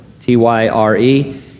t-y-r-e